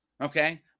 okay